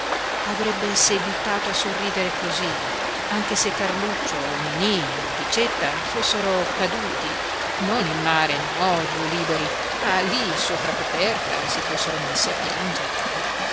avrebbe seguitato a sorridere cosí anche se carluccio o niní o bicetta fossero caduti non in mare no dio liberi ma lí sopra coperta e si fossero messi a piangere